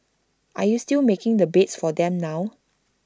are you still making the beds for them now